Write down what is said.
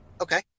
Okay